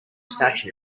statue